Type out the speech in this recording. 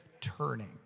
turning